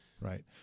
Right